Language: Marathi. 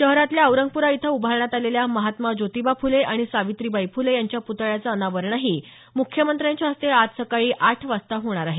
शहरातल्या औरंगपुरा इथं उभारण्यात आलेल्या महात्मा ज्योतिबा फुले आणि सावित्रीबाई फुले यांच्या पुतळ्याचं अनावरणही मुख्यमंत्र्यांच्या हस्ते आज सकाळी आठ वाजता होणार आहे